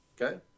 okay